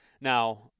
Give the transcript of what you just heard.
now